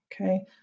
Okay